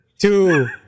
two